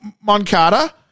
Moncada